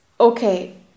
Okay